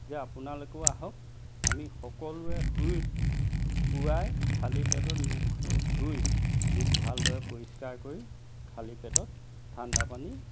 যে আপোনালোকেও আহক আমি সকলোৱে শুই উঠি পুৱাই খালী পেটত মুখ ধুই মুখ ভালদৰে পৰিষ্কাৰ কৰি খালী পেটত ঠাণ্ডা পানী